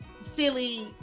silly